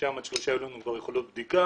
עד שלושה יהיו לנו כבר יכולות בדיקה.